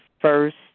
first